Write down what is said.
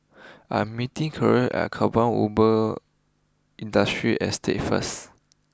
I am meeting Keira at Kampong Ubi Industrial Estate first